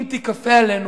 אם תיכפה עלינו,